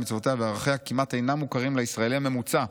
מצוותיה וערכיה כמעט אינם מוכרים לישראלי הממוצע,